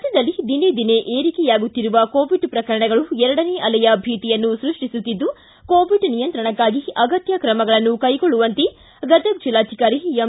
ರಾಜ್ಯದಲ್ಲಿ ದಿನೇ ದಿನೇ ಏರಿಕೆಯಾಗುತ್ತಿರುವ ಕೋವಿಡ್ ಪ್ರಕರಣಗಳು ಎರಡನೇ ಅಲೆಯ ಭೀತಿಯನ್ನು ಸೃಷ್ಷಿಸುತ್ತಿದ್ದು ಕೋವಿಡ್ ನಿಯಂತ್ರಣಕ್ಕಾಗಿ ಅಗತ್ಯ ಕ್ರಮಗಳನ್ನು ಕೈಗೊಳ್ಳುವಂತೆ ಗದಗ ಜಿಲ್ಲಾಧಿಕಾರಿ ಎಂ